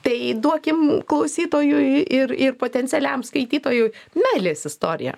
tai duokim klausytojui ir ir potencialiam skaitytojui meilės istoriją